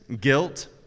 guilt